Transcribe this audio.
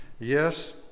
Yes